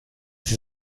sie